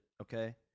okay